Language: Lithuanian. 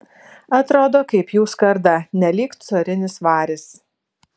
atrodo kaip jų skarda nelyg carinis varis